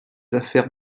affaires